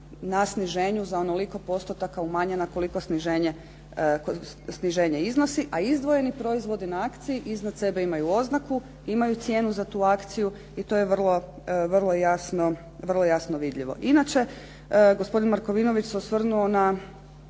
na sniženju za onoliko postotaka umanjenja koliko sniženje iznosi a izdvojeni proizvodi na akciji iznad sebe imaju oznaku, imaju cijenu za tu akciju i to je vrlo jasno vidljivo. Inače, gospodin Markovinović se osvrnuo na